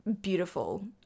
beautiful